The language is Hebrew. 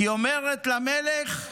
כי היא אומרת למלך,